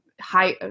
high